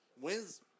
wins